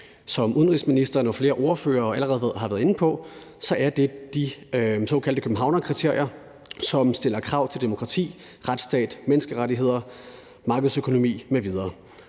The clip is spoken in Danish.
Som udenrigsministeren og flere ordførere allerede har været inde på, er det de såkaldte Københavnskriterier, som stiller krav til demokrati, retsstat, menneskerettigheder, markedsøkonomi m.v.